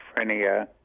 schizophrenia